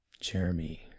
Jeremy